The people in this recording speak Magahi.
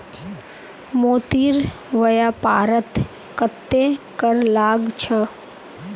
मोतीर व्यापारत कत्ते कर लाग छ